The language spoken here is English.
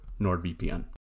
NordVPN